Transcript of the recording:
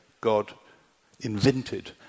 God-invented